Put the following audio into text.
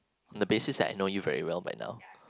the basis that I know you very well by now